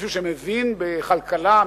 מישהו שמבין בכלכלה,